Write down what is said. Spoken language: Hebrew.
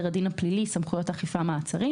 הדין הפלילי (סמכויות אכיפה מעצרים),